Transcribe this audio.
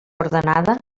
ordenada